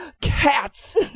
cats